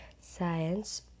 Science